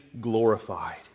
glorified